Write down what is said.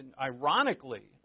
ironically